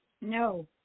No